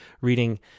reading